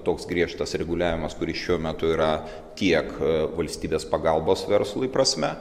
toks griežtas reguliavimas kuris šiuo metu yra tiek valstybės pagalbos verslui prasme